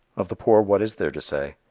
of the poor what is there to say?